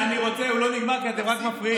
הוא לא נגמר, כי אתם רק מפריעים.